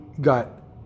got